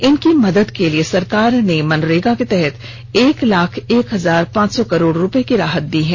इनकी मदद के लिए सरकार ने मनरेगा के तहत एक लाख एक हजार पांच सौ करोड़ रुपये की राहत दी है